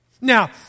Now